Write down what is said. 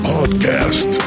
Podcast